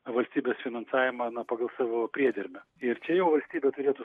valstybės finansavimą na pagal savo priedermę ir čia jau valstybė turėtų